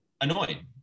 annoying